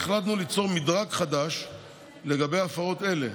החלטנו ליצור מדרג חדש לגבי הפרות אלה,